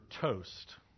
toast